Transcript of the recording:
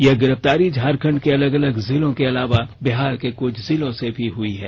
यह गिरफ्तारी झारखंड के अलग अलग जिलों के अलावा बिहार के कुछ जिलों से भी हुई है